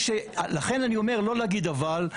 לכן אני אומר לא להגיד אבל,